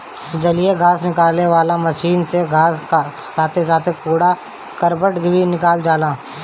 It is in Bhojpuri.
जलीय घास निकाले वाला मशीन से घास के साथे साथे कूड़ा करकट भी निकल जाला